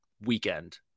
weekend